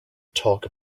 talk